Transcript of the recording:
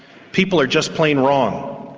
people are just plain wrong.